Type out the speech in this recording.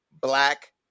black